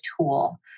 tool